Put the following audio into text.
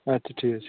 আচ্ছা ঠিক আছে